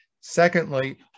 Secondly